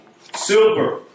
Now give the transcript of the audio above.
silver